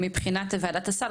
באשר לוועדת הסל,